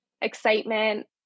excitement